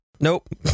nope